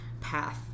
path